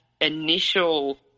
initial